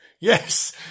Yes